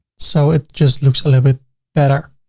so it just looks a little bit better.